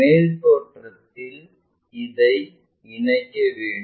மேல் தோற்றத்தில் இதைக் இணைக்க வேண்டும்